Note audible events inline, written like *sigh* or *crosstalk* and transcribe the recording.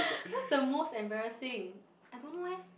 *breath* that's the most embarrassing I don't know eh